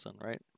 right